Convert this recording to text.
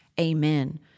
Amen